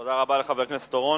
תודה רבה לחבר הכנסת אורון.